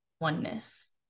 oneness